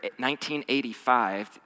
1985